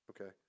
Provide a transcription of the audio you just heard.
Okay